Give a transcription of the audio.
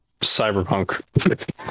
cyberpunk